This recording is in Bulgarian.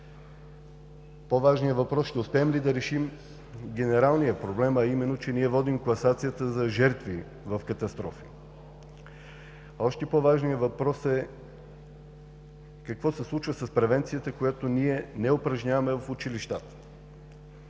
По-важният въпрос е ще успеем ли да решим генералния проблем, а именно, че ние водим класацията за жертви в катастрофи. Още по-важният въпрос е какво се случва с превенцията, която ние не упражняваме в училищата